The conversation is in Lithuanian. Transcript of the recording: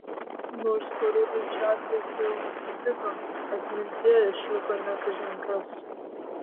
nors storuliui čarliui filmas patiko atmintyje išliko ne kažin kas